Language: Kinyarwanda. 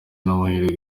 n’amahirwe